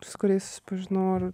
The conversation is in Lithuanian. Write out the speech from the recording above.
su kuriais susipažinau